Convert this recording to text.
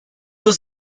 was